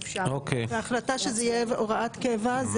ואפשר --- וההחלטה שזה יהיה הוראת קבע?